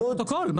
אבל בפרוטוקול.